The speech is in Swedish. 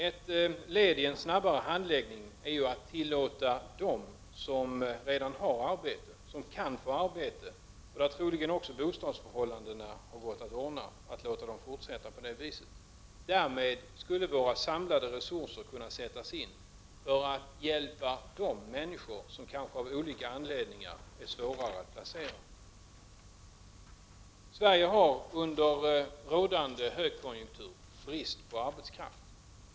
Ett led i en snabbare handläggning är att tillåta dem som redan har eller kan få ett arbete, och för vilka bostadsförhållandena troligen också har gått att ordna, att arbeta och låta dem fortsätta att göra det. Därmed skulle våra samlade resurser kunna sättas in för att hjälpa de människor som av olika anledningar är svårare att placera. Sverige har under rådande högkonjunktur brist på arbetskraft.